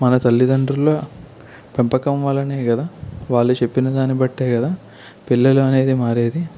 మన తల్లిదండ్రుల పెంపకం వలనే కదా వాళ్ళు చెప్పిన దాన్ని పట్టే కదా పిల్లలు అనేది మారేది